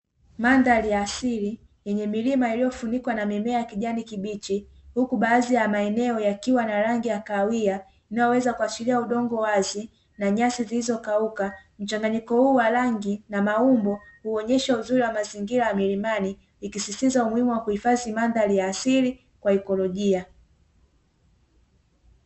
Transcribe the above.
Mandhari ya asili yenye milima iliyofunikwa na mimea ya kijani kibichi huku baadhi ya maeneo yakiwa na rangi ya kahawia, inayoweza kuashiria udongo wazi na nyasi zilizokauka. Mchanganyiko huu wa rangi na maumbo huonesha uzuri wa mazingira ya milimani, ikisisitiza umuhimu wa kuhifadhi mandhari ya asili kwa ikolojia.